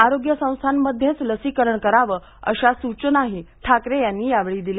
आरोग्य संस्थांमध्येच लसीकरण करावं अशा सूचनाही ठाकरे यांनी यावेळी दिल्या